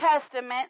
Testament